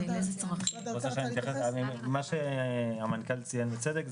מה שהמנכ"ל ציין בצדק,